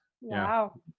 Wow